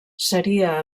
seria